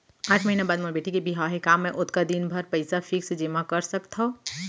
आठ महीना बाद मोर बेटी के बिहाव हे का मैं ओतका दिन भर पइसा फिक्स जेमा कर सकथव?